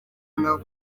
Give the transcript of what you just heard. nahoze